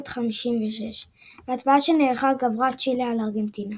1956. בהצבעה שנערכה גברה צ'ילה על ארגנטינה.